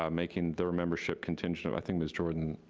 um making their membership contingent, i think mrs. jordan